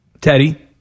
Teddy